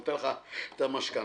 שנותן לך את המשכנתה,